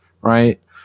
right